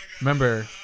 Remember